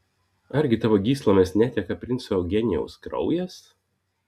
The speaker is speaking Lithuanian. argi tavo gyslomis neteka princo eugenijaus kraujas